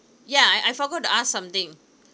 yeah I I forgot to ask something